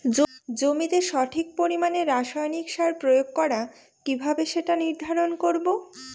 জমিতে সঠিক পরিমাণে রাসায়নিক সার প্রয়োগ করা কিভাবে সেটা নির্ধারণ করব?